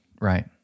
right